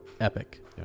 Epic